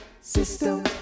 System